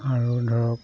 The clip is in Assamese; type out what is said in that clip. আৰু ধৰক